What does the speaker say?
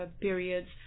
periods